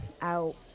out